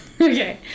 Okay